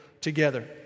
together